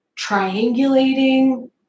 triangulating